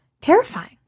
terrifying